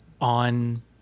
on